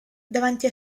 davanti